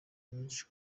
nyinshi